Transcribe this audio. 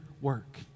work